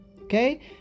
okay